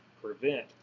Prevent